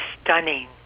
stunning